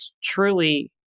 truly